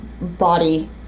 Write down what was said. body